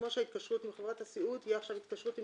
כמו ההתקשרות עם חברת הסיעוד תהיה עכשיו התקשרות עם